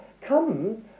comes